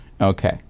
Okay